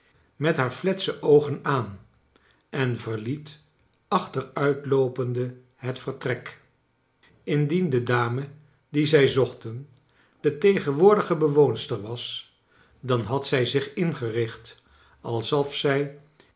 met haar fietse oogen aan en verliet achteruitloopende het vertrek indien de dame die zij zochten de tegenwoordige bewoonster was dan had zij zich ingericht alsof zij